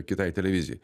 kitai televizijai